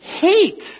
hate